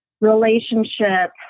relationship